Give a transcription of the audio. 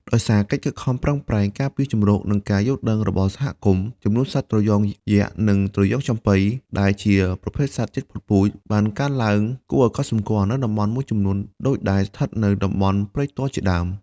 ដោយសារកិច្ចខិតខំប្រឹងប្រែងការពារជម្រក និងការយល់ដឹងរបស់សហគមន៍ ចំនួនសត្វត្រយងយក្ស និងត្រយងចំប៉ី ដែលជាប្រភេទសត្វជិតផុតពូជ បានកើនឡើងគួរឱ្យកត់សម្គាល់នៅតំបន់មួយចំនួនដូចដែលស្ថិតនៅតំបន់ព្រែកទាល់ជាដើម។